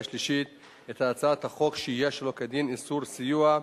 השלישית את הצעת החוק שהייה שלא כדין (איסור סיוע)